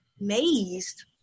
amazed